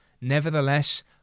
Nevertheless